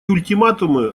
ультиматумы